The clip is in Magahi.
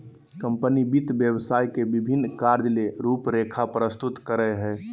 कंपनी वित्त व्यवसाय के विभिन्न कार्य ले रूपरेखा प्रस्तुत करय हइ